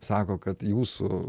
sako kad jūsų